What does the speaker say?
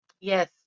Yes